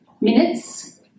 minutes